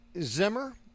Zimmer